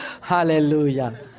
Hallelujah